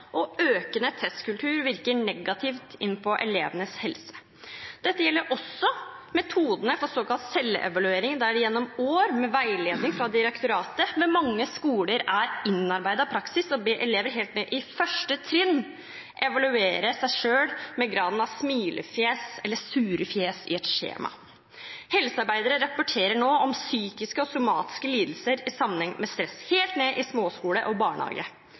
og økende testkultur virker negativt inn på elevenes helse. Dette gjelder også metodene for såkalt celleevaluering, der det gjennom år – med veiledning fra direktoratet – er innarbeidet praksis ved mange skoler å be elever helt ned i 1. trinn evaluere seg selv med smilefjes eller sure fjes i et skjema. Helsearbeidere rapporterer nå om psykiske og somatiske lidelser i sammenheng med stress helt ned i småskole og barnehage.